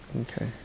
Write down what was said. Okay